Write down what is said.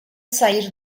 sair